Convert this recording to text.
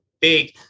big